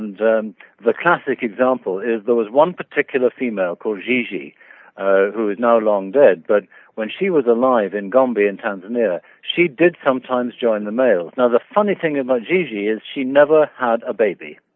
the the classic example is there was one particular female called gigi ah who is now long dead but when she was alive in gombe in tanzania she did sometimes join the males. now the funny thing about ah gigi is she never had a baby.